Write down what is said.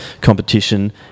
competition